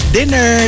dinner